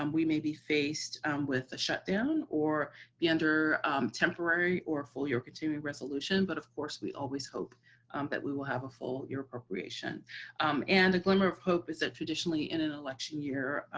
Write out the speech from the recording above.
um we may be faced with a shutdown or be under temporary or full year continuing resolution, but of course we always hope that we will have a full year appropriation and a glimmer of hope is that traditionally in an election year,